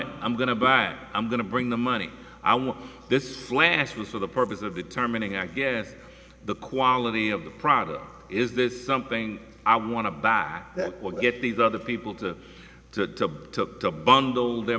to i'm going to ban i'm going to bring the money i want this flash was for the purpose of determining i guess the quality of the product is this something i want to back that will get these other people to to took the bundle their